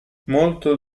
molto